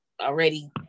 already